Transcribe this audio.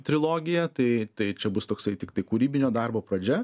trilogija tai tai čia bus toksai tiktai kūrybinio darbo pradžia